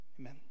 Amen